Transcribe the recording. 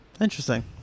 Interesting